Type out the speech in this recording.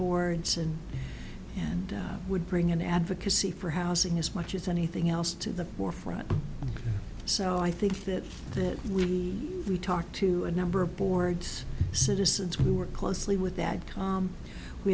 boards and and would bring in advocacy for housing as much as anything else to the forefront so i think that that we we talked to a number of boards citizens we work closely with that